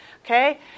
Okay